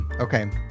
Okay